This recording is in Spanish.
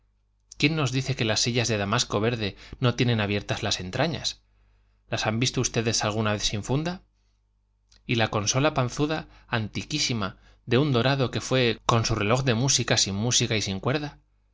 quién nos dice que las sillas de damasco verde no tienen abiertas las entrañas las han visto ustedes alguna vez sin funda y la consola panzuda antiquísima de un dorado que fue con su reloj de música sin música y sin cuerda